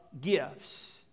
gifts